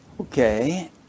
Okay